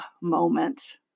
moment